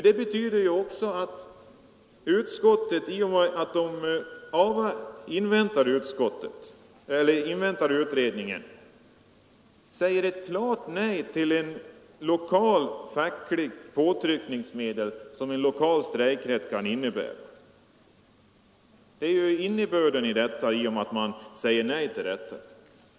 Det betyder ju att utskottet i och med att man inväntar utredningen också säger ett klart nej till ett lokalt fackligt påtryckningsmedel som en lokal strejkrätt kan innebära. Innebörden i utskottets ställningstagande blir ju att man säger nej till rätten.